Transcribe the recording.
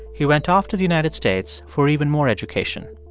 he went off to the united states for even more education.